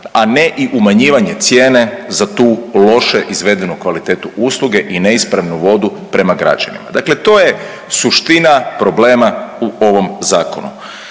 a ne i umanjivanje cijene za tu loše izvedenu kvalitetu usluge i neispravnu vodu prema građanima. Dakle to je suština problema u ovom Zakonu.